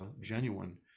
genuine